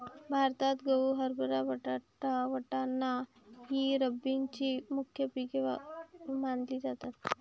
भारतात गहू, हरभरा, बटाटा, वाटाणा ही रब्बीची मुख्य पिके मानली जातात